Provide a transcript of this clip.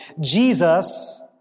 Jesus